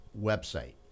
website